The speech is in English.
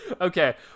Okay